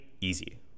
easy